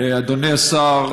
אדוני השר,